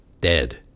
dead